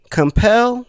compel